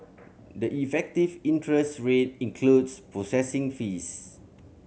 the effective interest rate includes processing fees